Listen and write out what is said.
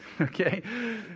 Okay